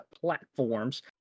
platforms